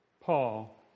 Paul